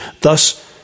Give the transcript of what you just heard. Thus